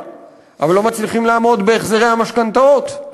אבל לא מצליחים לעמוד בהחזרי המשכנתאות.